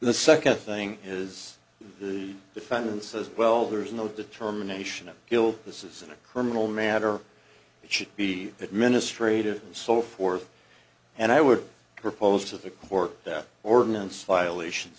the second thing is the defendants as well there is no determination of guilt this is in a criminal matter it should be administrative and so forth and i would propose to the court that ordinance violations